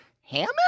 Hammond